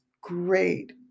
great